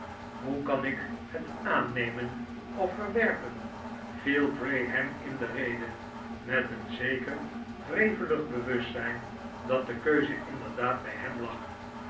hoe kan ik het aannemen of verwerpen viel bray hem in de rede met een zeker wrevelig bewustzijn dat de keuze inderdaad bij hem lag